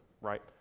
right